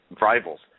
rivals